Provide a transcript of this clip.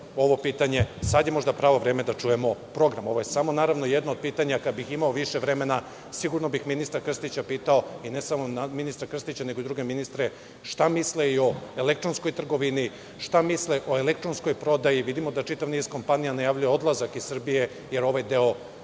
pitanje. Sad je možda pravo vreme da čujemo program. Ovo je samo jedno od pitanja. Kada bih imao više vremena, sigurno bih ministra Krstića pitao, i ne samo ministra Krstića, nego i druge ministre, šta misle i o elektronskoj trgovini, šta misle o elektronskoj prodaji? Vidimo da čitav niz kompanija najavljuje odlazak iz Srbije, jer ovaj deo